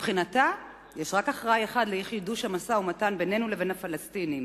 מבחינתה יש רק אחראי אחד לחידוש המשא-ומתן בינינו לבין הפלסטינים,